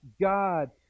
God